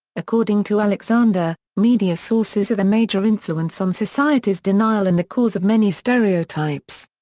according to alexander, media sources are the major influence on society's denial and the cause of many stereotypes.